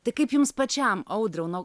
tai kaip jums pačiam audriau nu